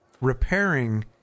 repairing